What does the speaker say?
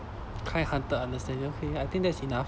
kindhearted understanding okay I think that's enough